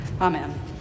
Amen